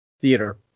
theater